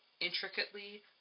intricately